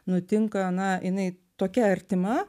nutinka na jinai tokia artima